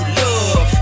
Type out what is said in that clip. love